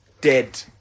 Dead